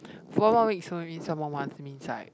four more weeks so it means one more month means right